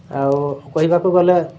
ଆଉ କହିବାକୁ ଗଲେ